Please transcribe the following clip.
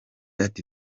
ati